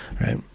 right